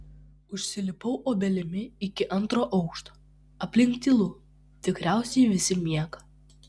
užsilipau obelimi iki antro aukšto aplink tylu tikriausiai visi miega